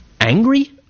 angry